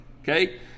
okay